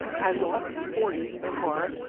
i lost forty so far.